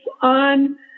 on